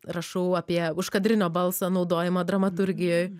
rašau apie užkadrinio balso naudojimą dramaturgijoj